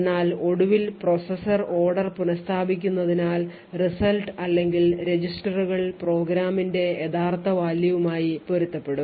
എന്നാൽ ഒടുവിൽ processor order പുനസ്ഥാപിക്കുന്നതിനാൽ results അല്ലെങ്കിൽ രജിസ്റ്ററുകൾ പ്രോഗ്രാമിന്റെ യഥാർത്ഥ value മായി പൊരുത്തപ്പെടും